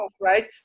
Right